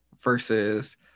versus